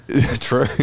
true